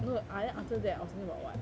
no I then after that I was asking about what